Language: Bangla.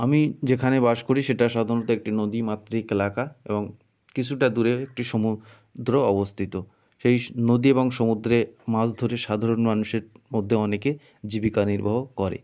আমি যেখানে বাস করি সেটা সাধারণত একটি নদীমাতৃক এলাকা এবং কিছুটা দূরে একটি সমুদ্র অবস্থিত সেই নদী এবং সমুদ্রে মাছ ধরে সাধারণ মানুষের মধ্যে অনেকে জীবিকা নির্বাহ করে